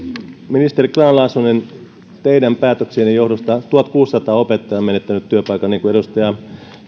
ministeri grahn laasonen teidän päätöksienne johdosta tuhatkuusisataa opettajaa on menettänyt työpaikan niin kuin edustaja